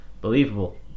Believable